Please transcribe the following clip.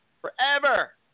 forever